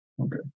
Okay